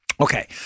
Okay